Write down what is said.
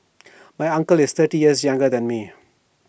my uncle is thirty years younger than me